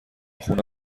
خونه